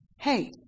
Hey